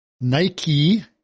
Nike